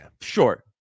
sure